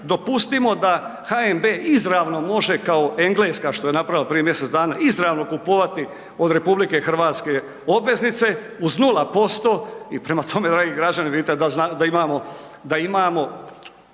dopustimo da HNB izravno može kao Engleska što je napravila prije mjesec dana, izravno kupovati od RH obveznice uz 0% i prema tome dragi građani vidite da imamo